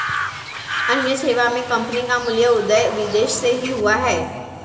अन्य सेवा मे कम्पनी का मूल उदय विदेश से ही हुआ है